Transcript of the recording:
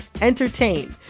entertain